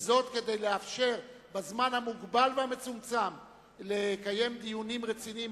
וזאת כדי לאפשר בזמן המוגבל והמצומצם לקיים דיונים רציניים